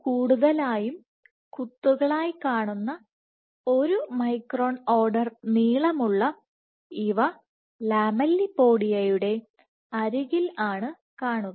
കൂടുതലായും കുത്തുകളായി കാണുന്ന ഒരു മൈക്രോൺ ഓർഡർ നീളമുള്ള ഇവ ലാമെല്ലിപോഡിയയുടെ അരികിൽ ആണ് കാണുക